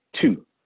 two